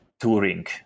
Touring